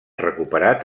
recuperat